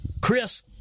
Chris